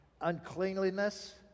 uncleanliness